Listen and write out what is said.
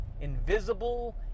invisible